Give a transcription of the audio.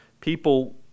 people